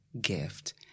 gift